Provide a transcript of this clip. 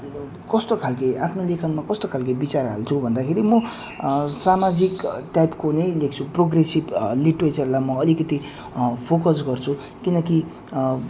कस्तो खालको आफ्नो लेखनमा कस्तो खालको विचार हाल्छु भन्दाखेरि म सामाजिक टाइपको नै लेख्छु प्रोग्रेसिभ लिटरेचरलाई म अलिकति फोकस गर्छु किनकि